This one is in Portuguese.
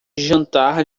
jantar